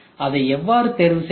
அதை எவ்வாறு தேர்வு செய்யலாம்